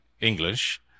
English